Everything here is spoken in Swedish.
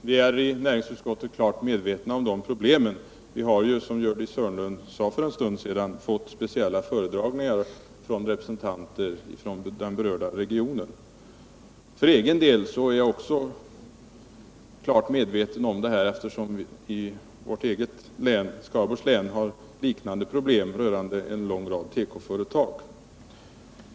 Herr talman! Vi är i näringsutskottet klart medvetna om problemen. Som Gördis Hörnlund sade för en stund sedan har vi fått speciella föredragningar från representanter för den berörda regionen. För egen del är jag också klart medveten om detta, eftersom vi i mitt eget län, Skaraborgs län, har en lång rad problem rörande tekoföretag.